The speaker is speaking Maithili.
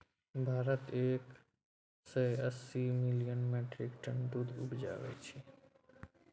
भारत एक सय अस्सी मिलियन मीट्रिक टन दुध उपजाबै छै